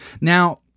Now